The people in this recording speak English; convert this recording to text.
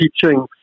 teaching